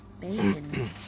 Bacon